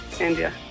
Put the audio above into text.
India